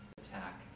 attack